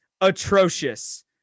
atrocious